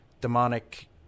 demonic